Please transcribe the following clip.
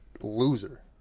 loser